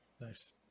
Nice